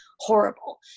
horrible